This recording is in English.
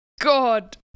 god